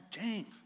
James